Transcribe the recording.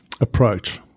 approach